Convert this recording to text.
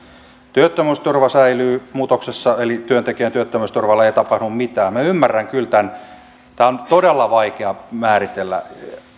työttömyysturva säilyy muutoksessa eli työntekijän työttömyysturvalle ei tapahdu mitään minä ymmärrän kyllä tämän tämä on todella vaikea määritellä